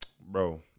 bro